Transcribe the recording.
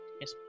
Yes